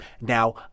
now